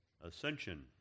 ascension